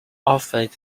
offered